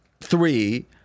three